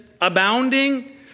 abounding